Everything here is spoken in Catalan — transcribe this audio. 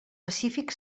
pacífic